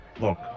Look